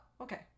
okay